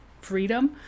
freedom